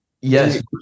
Yes